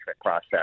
process